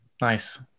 Nice